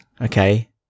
Okay